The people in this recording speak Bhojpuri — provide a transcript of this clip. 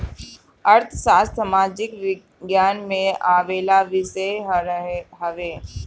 अर्थशास्त्र सामाजिक विज्ञान में आवेवाला विषय हवे